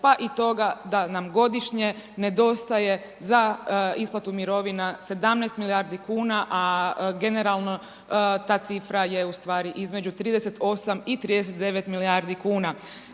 pa i toga da nam godišnje nedostaje za isplatu mirovina 17 milijardi kuna a generalno ta cifra je ustvari između 38 i 39 milijardi kuna.